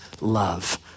love